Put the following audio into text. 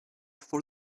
for